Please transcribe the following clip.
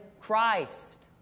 Christ